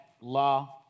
law